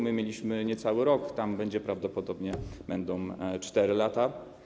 My mieliśmy niecały rok, tam prawdopodobnie będą 4 lata.